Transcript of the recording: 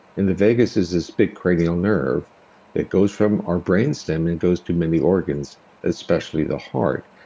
and the vagus is this big cranial nerve that goes from our brainstem, and goes to many organs especially the heart.